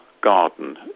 garden